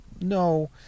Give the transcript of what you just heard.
no